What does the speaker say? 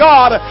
God